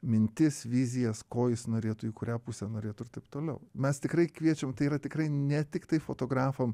mintis vizijas ko jis norėtų į kurią pusę norėtų ir taip toliau mes tikrai kviečiam tai yra tikrai ne tiktai fotografam